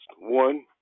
One